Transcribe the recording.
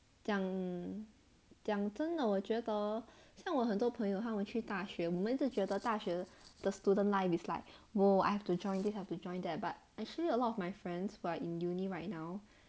讲讲真的我觉得像我很多朋友他们去大学我们一直觉得大学的 student life is like !woo! I have to join this I have to join their but actually a lot of my friends who are in uni right now